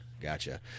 gotcha